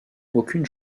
aucune